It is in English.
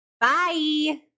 Bye